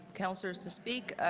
councillors to speak.